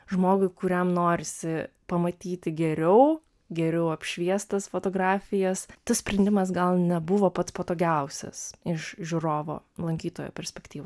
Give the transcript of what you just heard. žmogui kuriam norisi pamatyti geriau geriau apšviestas fotografijas tas sprendimas gal nebuvo pats patogiausias iš žiūrovo lankytojo perspektyvų